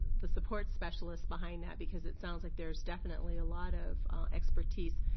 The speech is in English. the support specialist behind that because it sounds like there's definitely a lot of expertise.